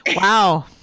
wow